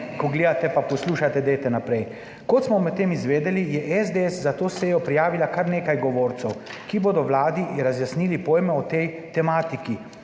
ko gledate pa poslušajte, dajte naprej. Kot smo med tem izvedeli, je SDS za to sejo prijavila kar nekaj govorcev, ki bodo vladi razjasnili pojme o tej tematiki.